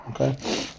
Okay